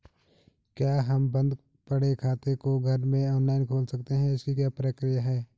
क्या हम बन्द पड़े खाते को घर में ऑनलाइन खोल सकते हैं इसकी क्या प्रक्रिया है?